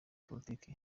politiki